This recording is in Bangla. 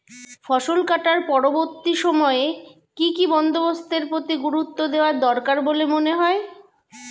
ফসল কাটার পরবর্তী সময়ে কি কি বন্দোবস্তের প্রতি গুরুত্ব দেওয়া দরকার বলে মনে হয়?